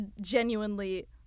genuinely